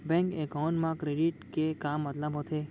Bank account मा credit के का मतलब होथे?